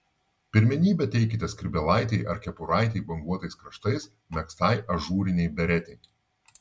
pirmenybę teikite skrybėlaitei ar kepuraitei banguotais kraštais megztai ažūrinei beretei